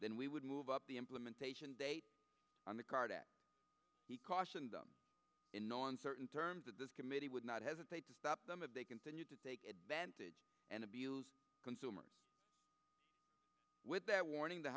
then we would move up the implementation date on the card that he cautioned them in no uncertain terms that this committee would not hesitate to stop them if they continued to take advantage and abuse consumers with that warning th